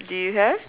do you have